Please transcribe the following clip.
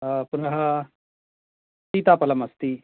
पुनः सीता फलम् अस्ति